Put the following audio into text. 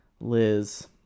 Liz